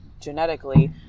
genetically